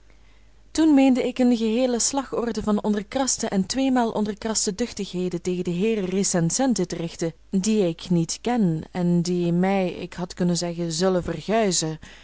toen meende ik eene geheele slagorde van onderkraste en tweemaal onderkraste duchtigheden tegen de heeren recensenten te richten die ik niet ken en die mij ik had kunnen zeggen zullen verguizen